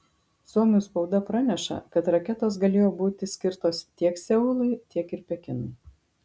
suomių spauda praneša kad raketos galėjo būti skirtos tiek seului tiek ir pekinui